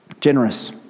Generous